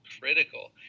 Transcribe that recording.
critical